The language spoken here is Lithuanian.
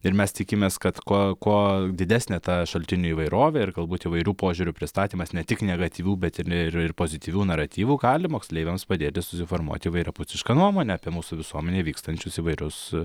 ir mes tikimės kad kuo kuo didesnė ta šaltinių įvairovė ir galbūt įvairių požiūrių pristatymas ne tik negatyvių bet ir ir pozityvių naratyvų gali moksleiviams padėti susiformuoti įvairiapusišką nuomonę apie mūsų visuomenėj vykstančius įvairius